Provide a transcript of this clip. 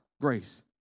grace